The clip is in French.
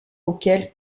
auquel